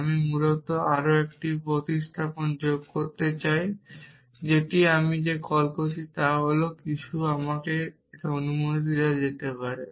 আমি মূলত আরও একটি প্রতিস্থাপন যোগ করতে চাই যেটি আমি যে কলটি করছি তা হল কিন্তু আমাকে কি অনুমতি দেওয়া যেতে পারে